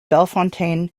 bellefontaine